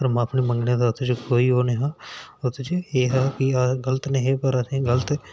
माफी मंगने दा उत्थै कोई ओह् नेहा पर एह् हा कि अस गल्त नेईं हे पर असें ई गल्त